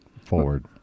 forward